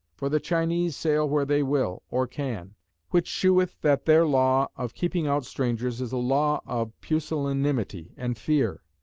for the chinese sail where they will or can which sheweth that their law of keeping out strangers is a law of pusillanimity and fear.